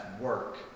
work